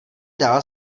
dál